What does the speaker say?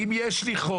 אם יש לי חוב,